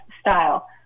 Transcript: style